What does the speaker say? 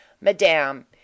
Madame